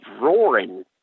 roaring